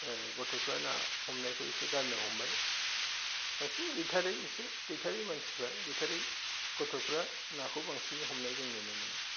ओह गथ'फ्रा ना हमनायखौ एसे गारनो हमबाय बांसिन गैथारै एसे गैथारै मानसिफ्रा गैथारै गथ'फ्रा नाखौ बांसिनै हमनाय जों नुनो मोनो